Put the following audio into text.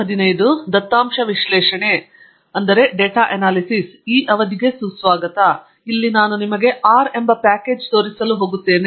data analysis ಉಪನ್ಯಾಸದ ಪ್ರದರ್ಶನ ಭಾಗಕ್ಕೆ ಸ್ವಾಗತ ಅಲ್ಲಿ ನಾನು ನಿಮಗೆ R ಎಂಬ ಪ್ಯಾಕೇಜ್ ತೋರಿಸಲು ಹೋಗುತ್ತೇನೆ